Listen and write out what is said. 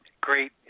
great